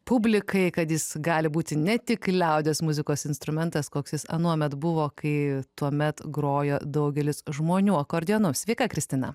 publikai kad jis gali būti ne tik liaudies muzikos instrumentas koks jis anuomet buvo kai tuomet grojo daugelis žmonių akordeonu sveika kristina